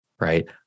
right